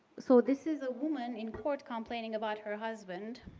so this is a woman in court complaining about her husband.